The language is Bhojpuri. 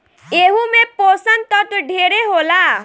एहू मे पोषण तत्व ढेरे होला